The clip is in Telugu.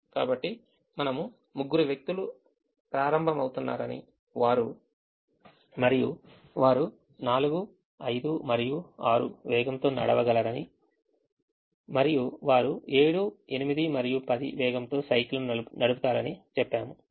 కాబట్టి మనము ముగ్గురు వ్యక్తులు ప్రారంభమవుతుందన్నారని మరియు వారు 4 5 మరియు 6 వేగంతో నడవగలరని మరియు వారు 7 8 మరియు 10 వేగంతో సైకిల్ను నడుపుతారని చెప్పాము